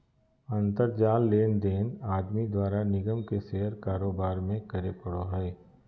अंतर जाल लेनदेन आदमी द्वारा निगम के शेयर कारोबार में करे पड़ो हइ